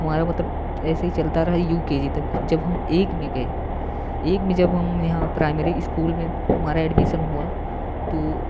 हमारा मतलब ऐसे ही चलता रहा यू के जी तक जब हम एक में गए एक में जब हम यहाँ प्राइमरी स्कूल में हमारा एडमिशन हुआ तो